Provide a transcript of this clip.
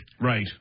Right